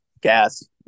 gas